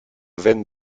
veines